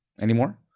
anymore